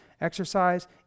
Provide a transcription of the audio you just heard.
Exercise